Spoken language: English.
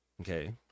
okay